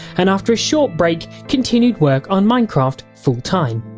and after a short break, continued work on minecraft full time.